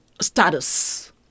status